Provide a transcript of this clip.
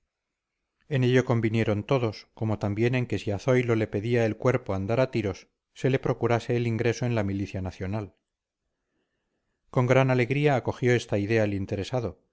cristianos en ello convinieron todos como también en que si a zoilo le pedía el cuerpo andar a tiros se le procurase el ingreso en la milicia nacional con gran alegría acogió esta idea el interesado